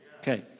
Okay